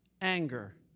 anger